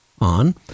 on